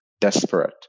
desperate